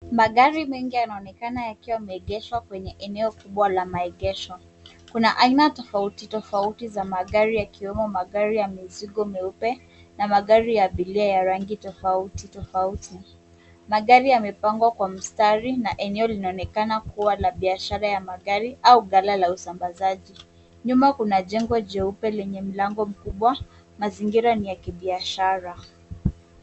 Magari mengi yanaonekana yakiwa yameegeshwa kwenye eneo kubwa la maegesho. Kuna aina tofauti tofauti za magari yakiwemo magari ya mizigo meupe na magari ya abiria ya rangi tofauti tofauti. Magari yamepangwa kwa mstari na eneo linaonekana kuwa la biashara ya magari au ghala la usambazaji. Nyuma kuna jengo jeupe lenye mlango mkubwa, mazingira ni ya kibiashara.